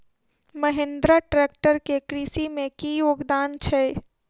Mahindra tractor केँ कृषि मे की योगदान छै?